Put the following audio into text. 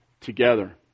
together